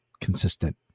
consistent